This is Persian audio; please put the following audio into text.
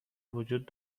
وجود